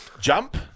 jump